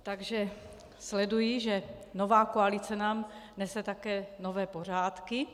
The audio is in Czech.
Takže sleduji, že nová koalice nám nese také nové pořádky.